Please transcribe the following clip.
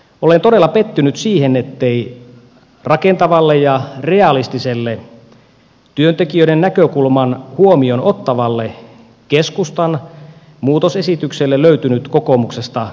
olen todella pettynyt siihen ettei rakentavalle ja realistiselle työntekijöiden näkökulman huomioon ottavalle keskustan muutosesitykselle löytynyt kokoomuksesta vastakaikua